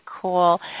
cool